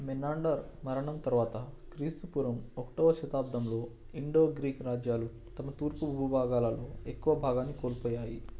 Menander మరణం తరువాత క్రీస్తు పూర్వం ఒకొటోవ శతాబ్దంలో ఇండో గ్రీక్ రాజ్యాలు తమ తూర్పు భూభాగాలలో ఎక్కువ భాగాన్ని కోల్పోయాయి